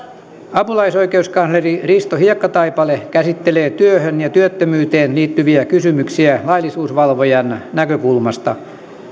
apulaisoikeuskansleri risto hiekkataipale käsittelee työhön ja työttömyyteen liittyviä kysymyksiä laillisuusvalvojan näkökulmasta